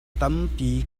tampi